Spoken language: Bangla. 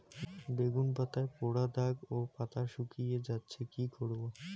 বেগুন পাতায় পড়া দাগ ও পাতা শুকিয়ে যাচ্ছে কি করব?